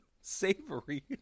savory